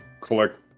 collect